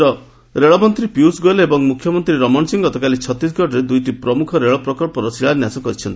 rail projects କେନ୍ଦ୍ର ରେଳମନ୍ତ୍ରୀ ପିୟୁଷ ଗୋୟଲ୍ ଏବଂ ମୁଖ୍ୟମନ୍ତ୍ରୀ ରମନ୍ ସିଂ ଗତକାଲି ଛତିଶଗଡ଼ରେ ଦୁଇଟି ପ୍ରମୁଖ ରେଳ ପ୍ରକଳ୍ପର ଶିଳାନ୍ୟାସ କରିଛନ୍ତି